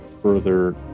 further